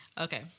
Okay